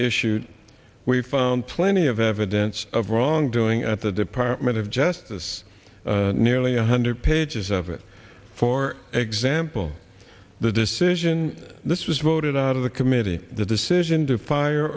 issued we found plenty of evidence of wrongdoing at the department of justice nearly a hundred pages of it for example the decision this was voted out of the committee the decision to fire